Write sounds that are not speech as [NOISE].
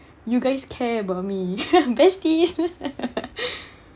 you guys care about me [LAUGHS] besties